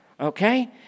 okay